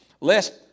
lest